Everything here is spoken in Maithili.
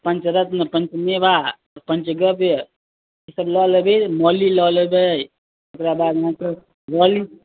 पंचरत्न पंचमेवा पंचद्रव्य इसब लय लेबै मौली लय लेबै ओकराबादमे रौली